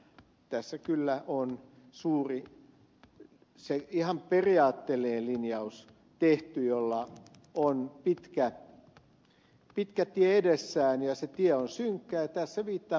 tässä kyllä on se suuri ihan periaatteellinen linjaus tehty jolla on pitkä tie edessään ja se tie on synkkä